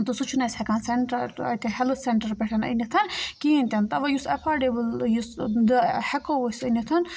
تہٕ سُہ چھُنہٕ اَسہِ ہٮ۪کان سٮ۪نٛٹَر اَتہِ ہٮ۪لٕتھ سٮ۪نٛٹَر پٮ۪ٹھ أنِتھ کِہیٖنۍ تہِ نہٕ تَوَے یُس اٮ۪فاڈیبٕل یُس ہٮ۪کو أسۍ أنِتھ